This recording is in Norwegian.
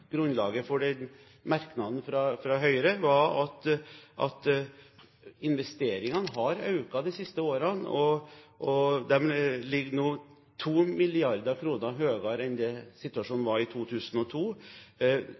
grunnlaget for merknadene fra Høyre, var at investeringene har økt de siste årene, og de ligger nå 2 mrd. kr høyere enn i 2002. Jeg tror nok at det